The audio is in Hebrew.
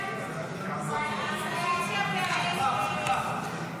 הסתייגות 49 לא נתקבלה.